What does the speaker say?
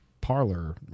parlor